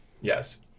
Yes